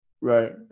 right